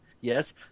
yes